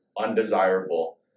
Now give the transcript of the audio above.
undesirable